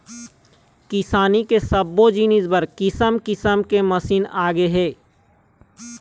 किसानी के सब्बो जिनिस बर किसम किसम के मसीन आगे हे